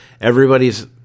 everybody's